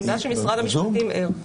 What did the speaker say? אני יודעת שמשרד המשפטים ער.